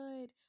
good